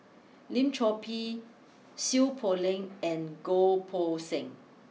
Lim Chor Pee Seow Poh Leng and Goh Poh Seng